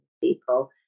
people